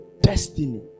destiny